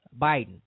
Biden